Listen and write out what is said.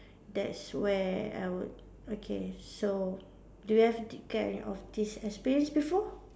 that's where I would okay so do you have this kind of this experience before